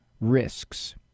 risks